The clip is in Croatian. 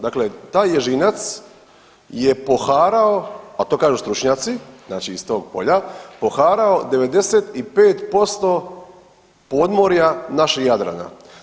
Dakle, taj ježinac je poharao, a to kažu stručnjaci, znači iz tog polja poharao 95% podmorja našeg Jadrana.